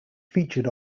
featured